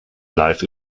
live